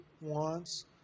wants